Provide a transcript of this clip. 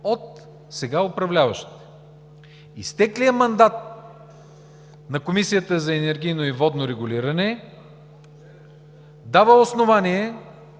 отсега управляващите. Изтеклият мандат на Комисията за енергийно и водно регулиране дава основание